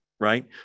right